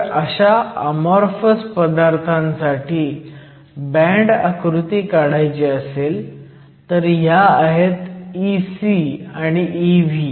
तर अशा अमॉरफस पदार्थासाठी बँड आकृती काढायची असेल तर ह्या आहेत Ec आणि Ev